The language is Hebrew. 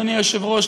אדוני היושב-ראש,